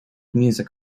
music